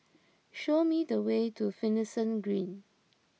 show me the way to Finlayson Green